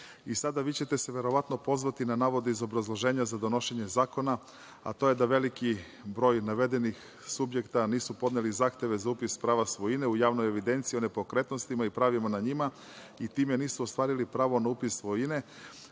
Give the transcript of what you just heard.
Sada ćete se vi verovatno pozvati na navode iz obrazloženja za odnošenje zakona, a to je da veliki broj navedenih subjekata nisu podneli zahteve za upis prava svojine u javnoj evidenciji o nepokretnostima i pravima na njima i time nisu ostvarili pravo na upis svojine,